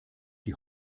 die